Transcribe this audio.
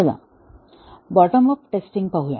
चला bottom up testing पाहूया